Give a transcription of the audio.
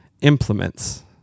implements